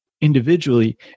individually